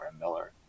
Miller